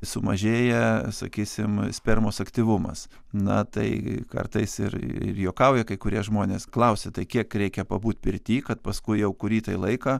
sumažėja sakysim spermos aktyvumas na tai kartais ir ir juokauja kai kurie žmonės klausė tai kiek reikia pabūt pirty kad paskui jau kurį tai laiką